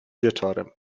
wieczorem